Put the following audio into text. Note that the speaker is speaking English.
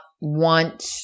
want